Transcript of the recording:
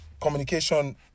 communication